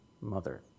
mother